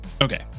Okay